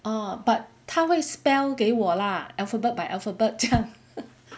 uh but 他会 spell 给我 lah alphabet by alphabet 这样